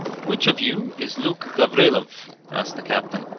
which of you is luke gavrilov asked the captain.